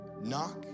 Knock